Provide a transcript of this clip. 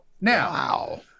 now